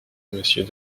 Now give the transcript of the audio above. monsieur